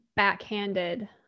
backhanded